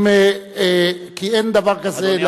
כי אין דבר כזה,